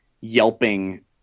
yelping